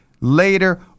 later